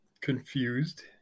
Confused